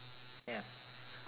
ya